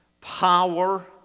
power